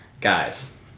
guys